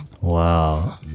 wow